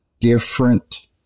different